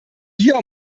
hier